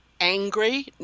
angry